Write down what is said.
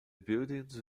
buildings